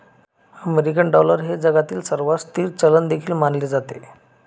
American dollar हे जगातील सर्वात स्थिर चलन देखील मानले जाते